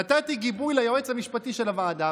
נתתי גיבוי ליועץ המשפטי של הוועדה.